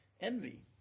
envy